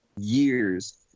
years